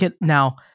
now